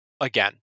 again